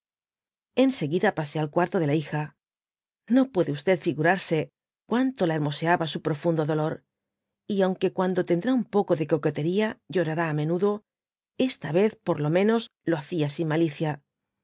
seguida pasé al cuarto de la hija no puede figiurarse cuanto la hermoseaba su profundo dolor y aimque cuando tendrá un poco de coquetería llorará á menudo esta vez por lo mé noslo hacia sin malicia